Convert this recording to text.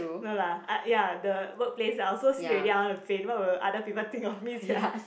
no lah ah ya the workplace I also see already I want to faint what will other people think of me sia